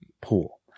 pool